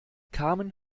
carmen